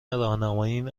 راهنماییم